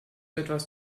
etwas